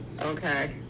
Okay